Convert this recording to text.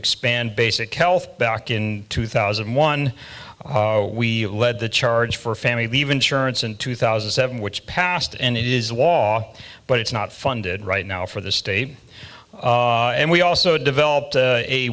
expand basic health back in two thousand and one we led the charge for family leave insurance in two thousand and seven which passed and it is wall but it's not funded right now for the state and we also developed a